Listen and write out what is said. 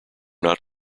not